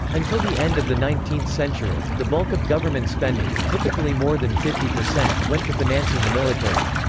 until the end of the nineteenth century, the bulk of government spending typically more than fifty percent went to financing the military.